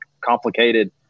complicated